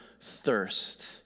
thirst